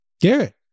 Garrett